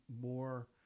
more